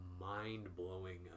mind-blowing